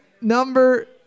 number